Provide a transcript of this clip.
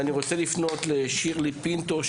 ואני רוצה לפנות לשירלי פינטו,